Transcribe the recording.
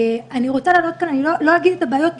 אני לא אגיד את הבעיות,